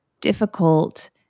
difficult